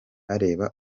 bareba